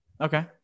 Okay